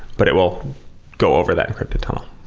but it will go over that encrypted tunnel.